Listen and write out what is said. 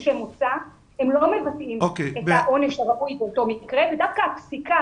הם לא מבטאים את העונש הראוי באותו מקרה ודווקא הפסיקה